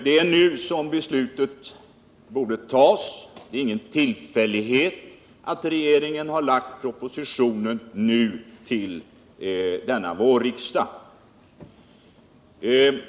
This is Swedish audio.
Det är nu som beslutet borde fattas. Det är ingen tillfällighet att regeringen har lagt fram propositionen till denna vårriksdag.